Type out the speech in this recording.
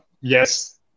yes